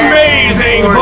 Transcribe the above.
Amazing